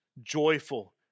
joyful